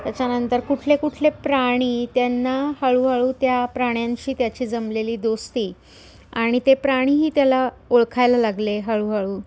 त्याच्यानंतर कुठले कुठले प्राणी त्यांना हळूहळू त्या प्राण्यांशी त्याची जमलेली दोस्ती आणि ते प्राणीही त्याला ओळखायला लागले हळूहळू